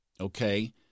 okay